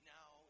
Now